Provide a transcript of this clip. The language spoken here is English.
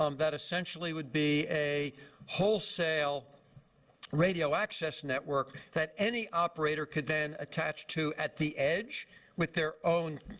um that essentially would be a wholesale radio access network that any operator could then attach to at the edge with their own,